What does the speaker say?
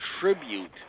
tribute